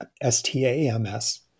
S-T-A-M-S